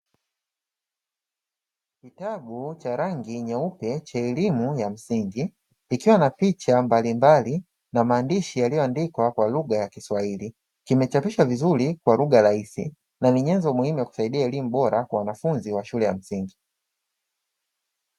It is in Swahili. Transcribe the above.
Kitabu cha rangi nyeupe cha elimu ya msingi, kikiwa na picha mbalimbali na maandishi yaliyoandikwa kwa lugha ya kiswahili. Kimechapishwa vizuri kwa lugha rahisi na ni nyenzo nzuri ya kusaidia elimu bora kwa wanafunzi wa shule ya msingi.